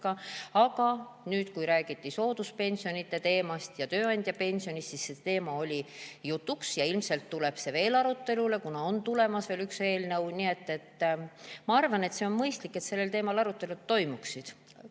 Aga kui räägiti sooduspensionide teemast ja tööandjapensionist, siis see teema oli jutuks ja ilmselt tuleb see veel arutelule, kuna on tulemas veel üks eelnõu. Ma arvan, et on mõistlik, et sellel teemal arutelud toimuksid.